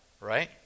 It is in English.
right